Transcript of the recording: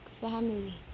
family